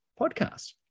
podcast